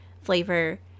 flavor